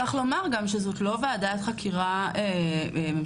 צריך לומר גם שזאת לא ועדת חקירה ממשלתית,